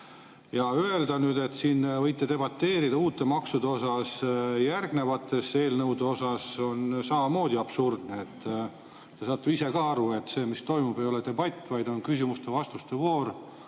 Öelda nüüd, et siin võime debateerida uute maksude üle järgnevate eelnõude puhul, on samamoodi absurdne. Te saate ise ka aru, et see, mis toimub, ei ole debatt, vaid on küsimuste-vastuste voor,